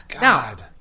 God